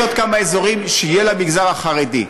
יש עוד כמה אזורים שיהיו למגזר החרדי.